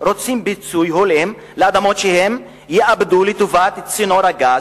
רוצים פיצוי הולם לאדמות שהם יאבדו לטובת צינור הגז.